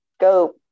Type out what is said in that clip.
go